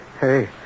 Hey